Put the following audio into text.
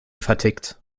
vertickt